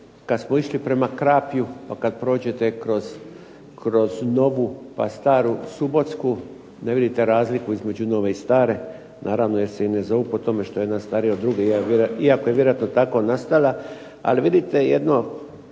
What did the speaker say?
kad smo išli prema Krapju pa kad prođete kroz Novu pa Staru Subotsku ne vidite razliku između Nove i Stare naravno jer se i ne zovu po tome što je jedna starija od druge iako je vjerojatno tako nastala, ali vidite jedno